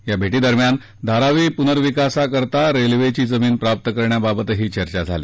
या भेटीदरम्यान धारावी पूनविकासासाठी रेल्वेची जमीन प्राप्त करण्याबाबतही चर्चा झाली